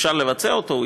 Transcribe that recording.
אפשר לבצע אותו,